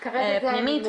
כרגע זה הנימוק.